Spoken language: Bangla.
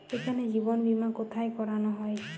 এখানে জীবন বীমা কোথায় করানো হয়?